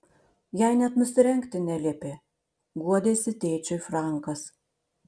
jai net nusirengti neliepė guodėsi tėčiui frankas